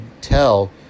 tell